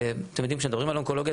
אתם יודעים שמדברים על אונקולוגיה,